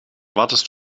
wartest